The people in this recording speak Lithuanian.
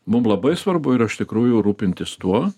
mum labai svarbu yra iš tikrųjų rūpintis tuo